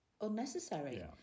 unnecessary